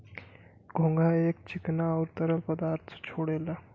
घोंघा एक चिकना आउर तरल पदार्थ छोड़ेला